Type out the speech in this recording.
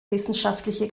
wissenschaftliche